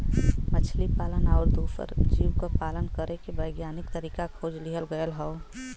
मछली पालन आउर दूसर जीव क पालन करे के वैज्ञानिक तरीका खोज लिहल गयल हौ